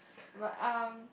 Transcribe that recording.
but um